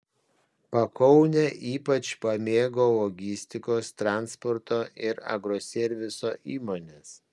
pakaunę ypač pamėgo logistikos transporto ir agroserviso įmonės